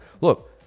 look